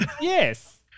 yes